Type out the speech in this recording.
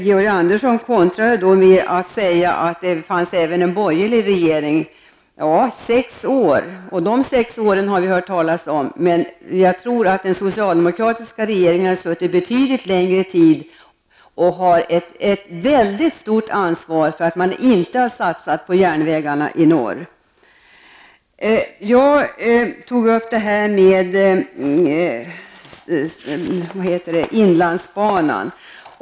Georg Andersson kontrade då med att säga att det även funnits borgerliga regeringar. Ja, vi hade borgerliga regeringar i sex år, och dessa sex år har vi fått höra talas om. De socialdemokratiska regeringarna har dock suttit en betydligt längre tid, och de bär ett mycket stort ansvar för att man inte satsat på järnvägarna i norr. Jag tog upp frågan om inlandsbanan.